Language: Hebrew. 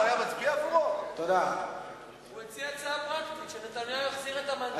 הוא מציע הצעה פרקטית, שנתניהו יחזיר את המנדט.